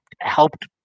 helped